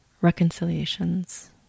reconciliations